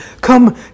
come